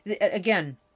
Again